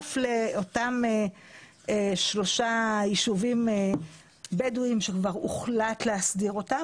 שבנוסף לאותם שלושה ישובים בדואים שכבר הוחלט להסדיר אותם,